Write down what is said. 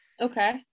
Okay